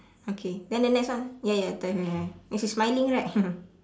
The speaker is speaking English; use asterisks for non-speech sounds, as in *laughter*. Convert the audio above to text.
okay then the next one ya ya correct correct correct and she's smiling right *laughs*